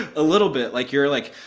a little bit. like you're, like.